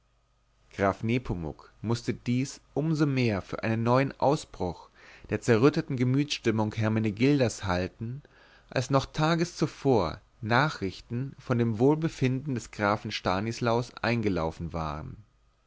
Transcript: graf nepomuk mußte dies um so mehr für einen neuen ausbruch der zerrütteten gemütsstimmung hermenegildas halten als noch tages zuvor nachrichten von dem wohlbefinden des grafen stanislaus eingelaufen waren